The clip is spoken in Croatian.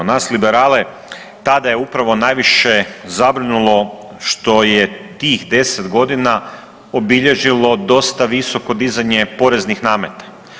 Nas liberale tada je upravo najviše zabrinulo što je tih 10.g. obilježilo dosta visoko dizanje poreznih nameta.